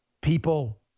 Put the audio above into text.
People